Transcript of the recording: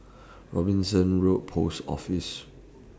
Robinson Road Post Office